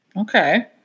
Okay